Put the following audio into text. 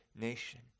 nation